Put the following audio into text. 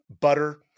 butter